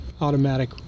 Automatic